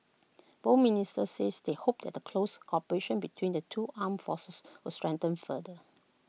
both ministers said they hoped the close cooperation between the two armed forces would strengthen further